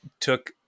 took